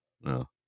no